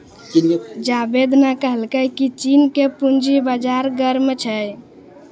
जावेद ने कहलकै की चीन के पूंजी बाजार गर्म छै